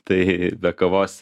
tai be kavos